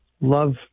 love